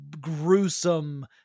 gruesome